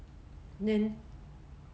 then